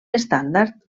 estàndard